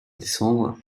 descendre